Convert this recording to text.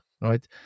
right